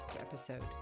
episode